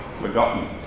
forgotten